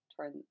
turn